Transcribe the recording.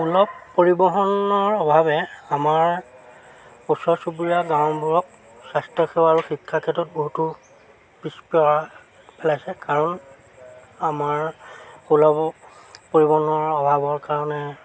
সুলভ পৰিবহণৰ অভাৱে আমাৰ ওচৰ চুবুৰীয়া গাঁওবোৰক স্বাস্থ্যসেৱা আৰু শিক্ষাৰ ক্ষেত্ৰত বহুতো পিছ পেলাইছে কাৰণ আমাৰ সুলভ পৰিবহণৰ অভাৱৰ কাৰণে